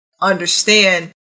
understand